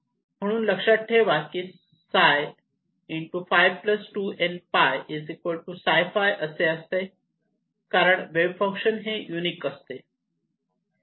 म्हणून लक्षात ठेवा की ψ φ 2n𝝅 ψφ असे असते कारण वेव्ह फंक्शन हे युनिक असते